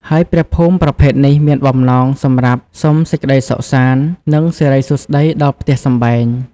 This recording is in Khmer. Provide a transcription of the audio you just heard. ហើយព្រះភូមិប្រភេទនេះមានបំណងសម្រាប់សុំសេចក្តីសុខសាន្ត និងសិរីសួស្តីដល់ផ្ទះសម្បែង។